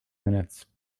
minutes